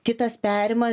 kitas perima